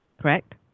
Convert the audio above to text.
correct